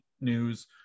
news